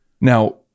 Now